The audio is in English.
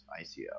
ICO